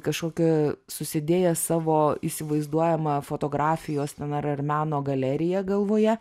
kažkokią susidėję savo įsivaizduojamą fotografijos ten ar ar meno galeriją galvoje